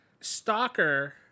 Stalker